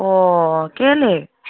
অঁ কেলেই